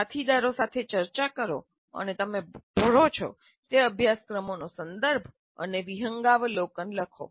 સાથીદારો સાથે ચર્ચા કરો અને તમે ભરો છો તે અભ્યાસક્રમોનો સંદર્ભ અને વિહંગાવલોકન લખો